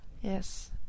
Yes